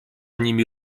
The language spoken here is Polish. nimi